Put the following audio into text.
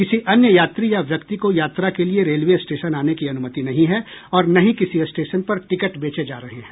किसी अन्य यात्री या व्यक्ति को यात्रा के लिए रेलवे स्टेशन आने की अनुमति नहीं है और न ही किसी स्टेशन पर टिकट बेचे जा रहे हैं